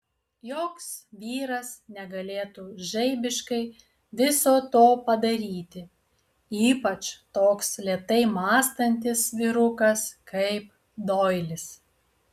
joks vyras negalėtų žaibiškai viso to padaryti ypač toks lėtai mąstantis vyrukas kaip doilis